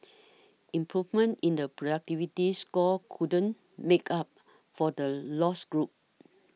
improvement in the productivity score couldn't make up for the lost ground